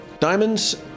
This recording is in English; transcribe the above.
Diamonds